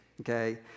okay